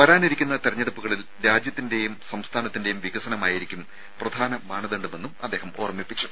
വരാനിരിക്കുന്ന തെരഞ്ഞെടുപ്പുകളിൽ രാജ്യത്തിന്റെയും സംസ്ഥാനത്തിന്റെയും വികസനമായിരിക്കും പ്രധാന മാനദണ്ഡമെന്നും അദ്ദേഹം ഓർമ്മിപ്പിച്ചു